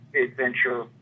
adventure